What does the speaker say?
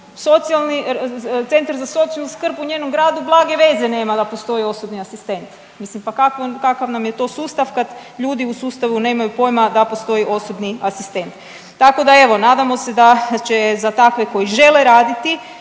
Centar za socijalnu skrb u njenom gradu blage veze nema da postoji osobni asistent. Mislim pa kakav nam je to sustav kada ljudi u sustavu nemaju pojma da postoji osobni asistent. Tako da evo nadamo se da će za takve koji žele raditi,